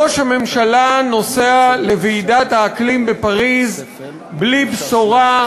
ראש הממשלה נוסע לוועידת האקלים בפריז בלי בשורה,